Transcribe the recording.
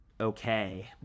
okay